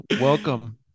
Welcome